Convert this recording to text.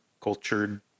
cultured